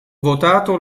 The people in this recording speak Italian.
votato